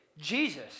Jesus